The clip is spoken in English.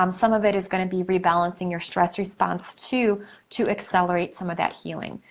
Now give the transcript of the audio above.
um some of it is gonna be rebalancing your stress response too to accelerate some of that healing.